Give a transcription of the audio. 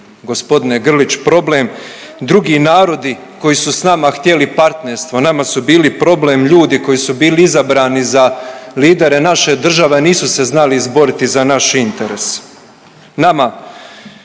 bili, g. Grlić, problem, drugi narodi koji su s nama htjeli partnerstvo, nama su bili problem ljudi koji su bili izabrani za lidere naše države, a nisu se znali izboriti za naš interes.